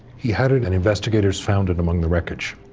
he had it and investigators found it among the wreckage.